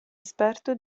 esperto